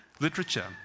literature